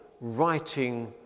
writing